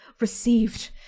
received